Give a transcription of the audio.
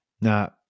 Now